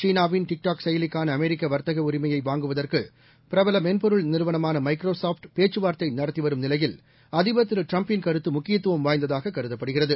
சீனாவின் செயலிக்கானஅமெரிக்கவர்த்தகஉரிமையைவாங்குவதற்குபிரபலமென்பொருள் டிக்டாக் ம் நிறுவனமானமைக்ரோசாஃப்ட் பேச்சுவார்த்தைநடத்திவரும் நிலையில் அதிபர் ட்ரம்பின் திரு கருத்துமுக்கியத்துவம் வாய்ந்ததாககருதப்படுகிறது